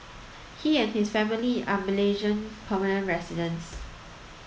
he and his family are Malaysian permanent residents